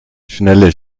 schnelle